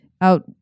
out